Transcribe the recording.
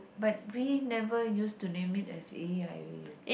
but we never use to named it as A E I O U